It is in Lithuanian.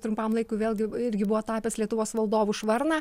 trumpam laikui vėlgi irgi buvo tapęs lietuvos valdovu švarną